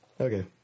Okay